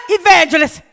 evangelist